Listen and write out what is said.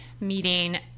meeting